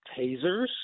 tasers